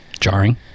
jarring